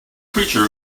preacher